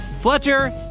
Fletcher